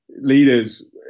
leaders